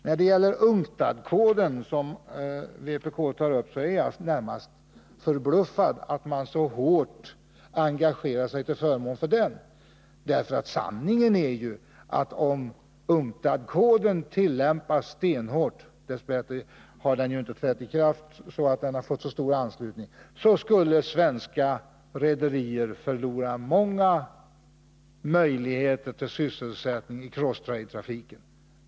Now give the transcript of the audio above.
Vpk tar upp UNCTAD-koden. Jag är närmast förbluffad över att man så hårt engagerar sig till förmån för den. Sanningen är att om UNCTAD-koden tillämpades stenhårt — dess bättre har den inte fått så stor anslutning att den trätt i kraft — så skulle svenska rederier förlora många möjligheter till sysselsättning i cross-trade-trafiken.